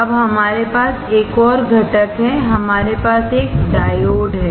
अब हमारे पास एक और घटक है हमारे पास एक डायोड है